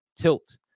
tilt